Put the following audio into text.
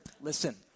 Listen